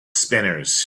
spinners